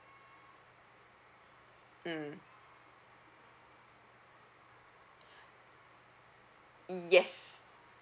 mm yes